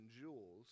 jewels